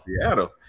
Seattle